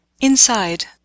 Inside